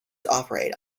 operate